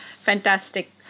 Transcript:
fantastic